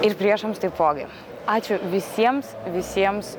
ir priešams taipogi ačiū visiems visiems